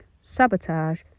sabotage